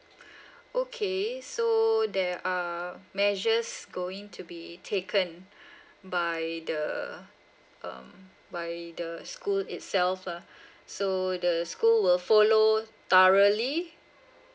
okay so there are measures going to be taken by the um by the school itself lah so the school will follow thoroughly